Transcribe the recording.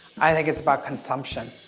i think it's about consumption.